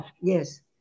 Yes